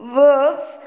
verbs